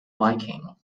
viking